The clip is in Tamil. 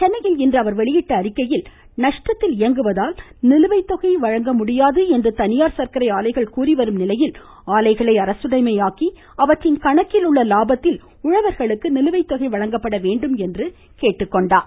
சென்னையில் இன்று அவர் வெளியிட்டுள்ள அறிக்கையில் நஷ்டத்தில் இயங்குவதால் நிலுவைத்தொகை வழங்க முடியாது என்று தனியார் சர்க்கரை ஆலைகள் கூறிவரும் நிலையில் ஆலைகளை அரசுடைமையாக்கி அவற்றின் கணக்கில் உள்ள லாபத்தில் உழவர்களுக்கு நிலுவைத் தொகை வழங்கப்பட வேண்டும் என்று கேட்டுக்கொண்டுள்ளார்